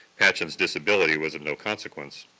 patchen's disability was of no consequence.